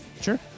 Sure